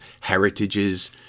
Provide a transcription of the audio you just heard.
heritages